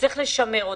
וצריך לשמר אותם.